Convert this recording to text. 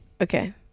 Okay